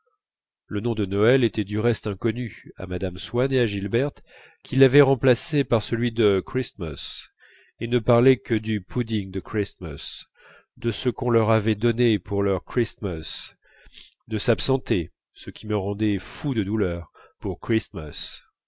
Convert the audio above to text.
le nom de noël était du reste inconnu à mme swann et à gilberte qui l'avaient remplacé par celui de christmas et ne parlaient que du pudding de christmas de ce qu'on leur avait donné pour leur christmas de s'absenter ce qui me rendait fou de douleur pour christmas